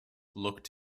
looked